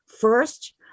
First